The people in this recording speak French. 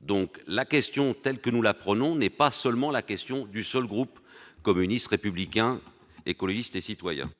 donc la question telle que nous la prenons n'est pas seulement la question du seul groupe communiste républicain écologiste et citoyen.